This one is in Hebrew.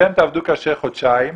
אתם תעבדו קשה חודשיים,